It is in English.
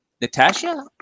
Natasha